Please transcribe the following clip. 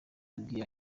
yabwiye